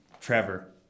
Trevor